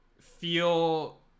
feel